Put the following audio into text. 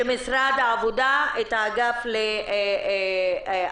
שמשרד העבודה, האגף לאכיפה,